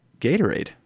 Gatorade